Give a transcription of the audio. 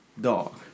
Dog